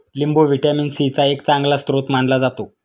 लिंबू vitamin C चा एक चांगला स्रोत मानला जातो